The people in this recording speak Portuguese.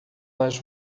nas